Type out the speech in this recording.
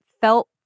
felt